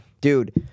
Dude